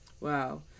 Wow